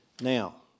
Now